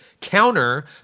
counter